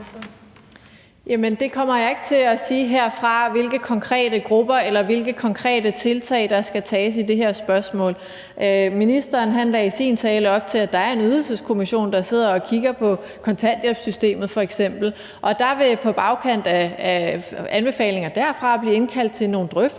Jamen det kommer jeg ikke til at sige herfra, altså hvilke konkrete grupper det drejer sig om, eller hvilke konkrete tiltag der skal tages i forhold til det her spørgsmål. Ministeren lagde i sin tale op til, at der er en ydelseskommission, der sidder og kigger på f.eks. kontanthjælpssystemet, og der vil på bagkant af anbefalinger derfra blive indkaldt til nogle drøftelser,